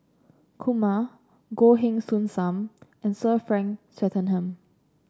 Kumar Goh Heng Soon Sam and Sir Frank Swettenham